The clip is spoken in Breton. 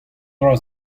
dra